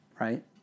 right